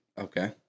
Okay